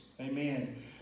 Amen